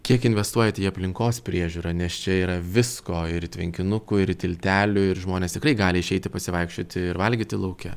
kiek investuojat į aplinkos priežiūrą nes čia yra visko ir tvenkinukų ir tiltelių ir žmonės tikrai gali išeiti pasivaikščioti ir valgyti lauke